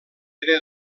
era